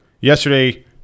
yesterday